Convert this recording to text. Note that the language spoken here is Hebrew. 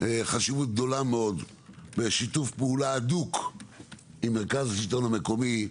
אני רואה חשיבות מאוד בשיתוף פעולה הדוק עם מרכז השלטון המקומי,